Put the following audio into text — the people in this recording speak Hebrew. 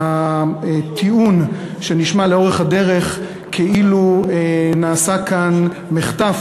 הטיעון שנשמע לאורך הדרך כאילו נעשה כאן מחטף,